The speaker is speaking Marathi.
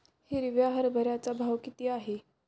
हिरव्या हरभऱ्याचा भाव किती आहे?